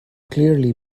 clearly